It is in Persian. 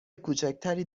کوچکتری